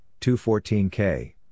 214K